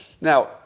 Now